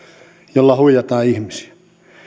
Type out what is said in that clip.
jolla huijataan ihmisiä